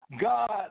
God